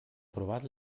aprovat